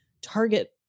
target